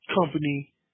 company